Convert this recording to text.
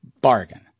Bargain